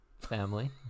Family